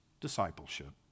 discipleship